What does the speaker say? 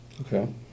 Okay